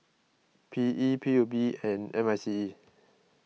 P E P U B and M I C E